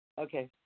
Okay